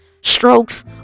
strokes